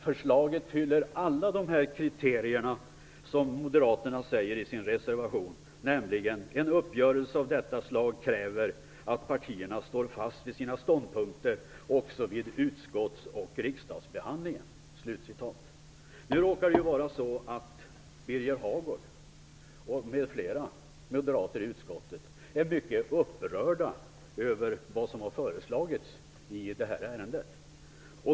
Förslaget uppfyller alla de kriterier som Moderaterna nämner i sin reservation: "En uppgörelse av detta slag kräver att partierna står fast vid sina ståndpunkter också i utskotts och riksdagsbehandlingen." Nu råkar det vara så att Birger Hagård och andra moderater i utskottet är mycket upprörda över vad som har föreslagits i detta ärende.